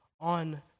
on